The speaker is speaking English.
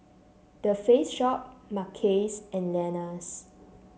The Face Shop Mackays and Lenas